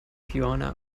fiona